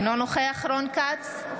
אינו נוכח רון כץ,